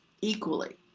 equally